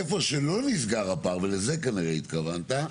איפה שלא נסגר הפער ולזה כנראה התכוונת,